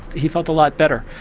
he felt a lot better.